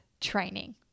training